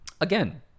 Again